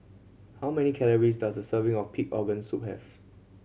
how many calories does a serving of pig organ soup have